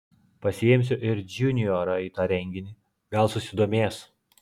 pasiimsiu ir džiuniorą į tą renginį gal susidomės